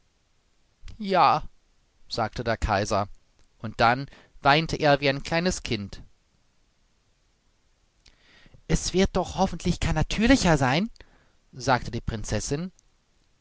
ja sagte der kaiser und dann weinte er wie ein kleines kind es wird doch hoffentlich kein natürlicher sein sagte die prinzessin